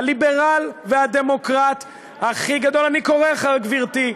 הליברל והדמוקרט הכי גדול, אני קורא, גברתי.